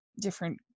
different